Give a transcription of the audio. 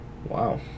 Wow